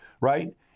right